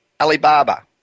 Alibaba